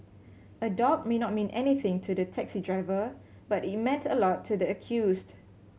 a dog may not mean anything to the taxi driver but it meant a lot to the accused